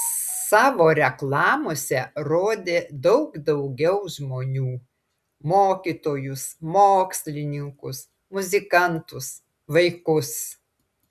savo reklamose rodė daug daugiau žmonių mokytojus mokslininkus muzikantus vaikus